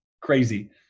crazy